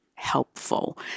helpful